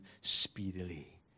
speedily